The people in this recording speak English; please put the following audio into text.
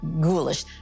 ghoulish